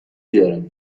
بیارم